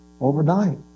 overnight